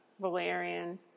valerian